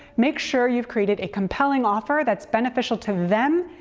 make sure you've created a compelling offer that's beneficial to them,